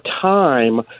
time